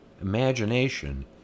Imagination